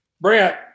Brent